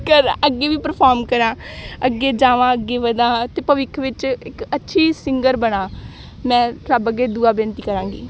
ਕਰਾਂ ਅੱਗੇ ਵੀ ਪਰਫੋਰਮ ਕਰਾਂ ਅੱਗੇ ਜਾਵਾਂ ਅੱਗੇ ਵਧਾ ਅਤੇ ਭਵਿੱਖ ਵਿੱਚ ਇੱਕ ਅੱਛੀ ਸਿੰਗਰ ਬਣਾ ਮੈਂ ਰੱਬ ਅੱਗੇ ਦੁਆ ਬੇਨਤੀ ਕਰਾਂਗੀ